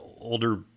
older